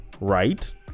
Right